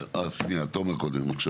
תומר קודם בבקשה.